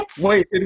wait